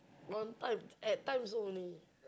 one time at times only